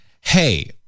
hey